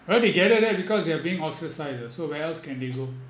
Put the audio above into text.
right they gather there because they are being ostracised ah so where else can they go